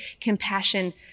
compassion